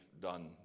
done